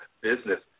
business